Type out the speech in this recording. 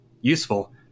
useful